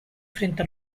frente